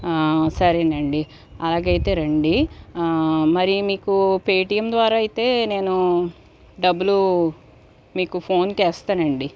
సరేనండీ అలాగైతే రండి మరి మీకు పేటీఎం ద్వారా అయితే నేను డబ్బులు మీకు ఫోన్కు వేస్తానండి